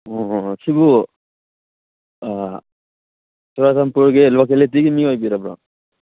ꯑꯣ ꯁꯤꯕꯨ ꯆꯨꯔꯥꯆꯥꯟꯄꯨꯔꯒꯤ ꯂꯣꯀꯦꯂꯤꯇꯤꯒꯤ ꯃꯤ ꯑꯣꯏꯕꯤꯔꯕ꯭ꯔꯣ